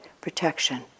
protection